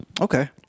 Okay